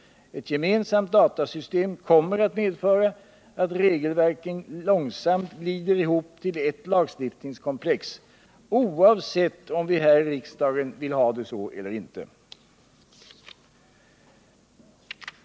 Ett gemensamt datasystem kommer att medföra att regelverken långsamt glider ihop till ett lagstiftningskomplex, oavsett om vi här i riksdagen vill ha det så eller inte.